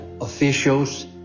officials